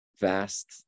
vast